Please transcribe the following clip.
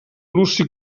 luci